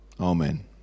Amen